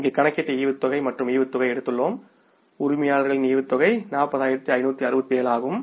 நாம் இங்கு கணக்கிட்ட டிவிடெண்ட் மற்றும் டிவிடெண்ட் எடுத்துள்ளோம் உரிமையாளரின் டிவிடெண்ட் 40567 ஆகும்